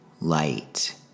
light